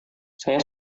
saya